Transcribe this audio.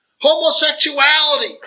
homosexuality